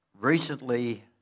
Recently